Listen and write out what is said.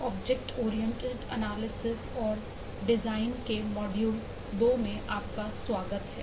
object oriented analysis पाठ्यक्रम के module 2 में आपका स्वागत है